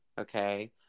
Okay